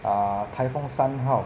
err 台风三号